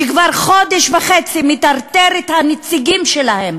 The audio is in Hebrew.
שכבר חודש וחצי הוא מטרטר את הנציגים שלהם